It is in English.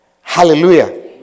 Hallelujah